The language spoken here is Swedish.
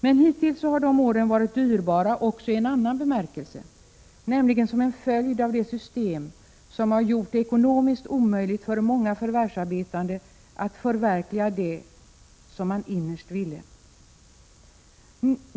Men hittills har de åren varit dyrbara också i en annan bemärkelse, nämligen som en följd av det system som har gjort det ekonomiskt omöjligt för många förvärvsarbetande att förverkliga det som de innerst ville.